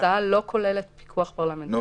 ההצעה לא כוללת כרגע פיקוח פרלמנטרי,